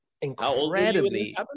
incredibly